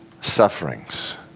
sufferings